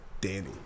Danny